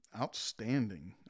outstanding